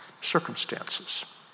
circumstances